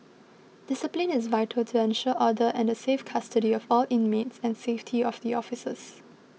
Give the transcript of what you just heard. discipline is vital to ensure order and the safe custody of all inmates and safety of the officers